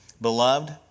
Beloved